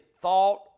thought